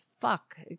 fuck